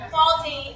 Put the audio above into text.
Faulty